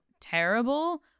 terrible